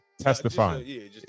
testifying